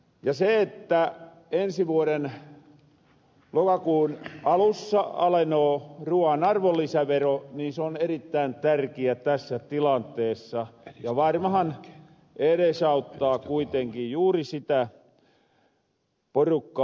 ja se että ensi vuoden lokakuun alussa alenoo ruuan arvonlisävero niin se on erittäin tärkiä tässä tilanteessa ja varmahan eresauttaa kuitenkin juuri sitä porukkaa